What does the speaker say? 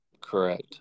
Correct